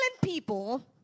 people